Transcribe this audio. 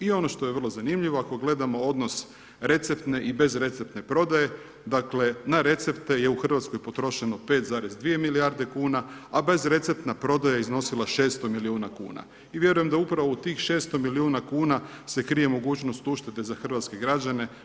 I ono što je vrlo zanimljivo, ako gledamo odnos receptne i bez receptne prodaje, dakle na recepte je u Hrvatskoj potrošeno 5,2 milijarde kuna, a bez receptna prodaja je iznosila 600 milijuna kuna. i vjerujem da upravo u tih 600 mil. Kuna se krije mogućnost uštede za hrvatske građane.